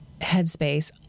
headspace